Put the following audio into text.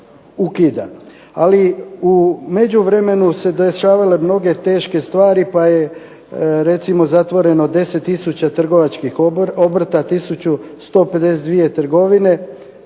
Ali, u međuvremenu su se dešavale mnoge teške stvari pa je recimo zatvoreno 10 tisuća trgovačkih obrta, 1152 trgovine.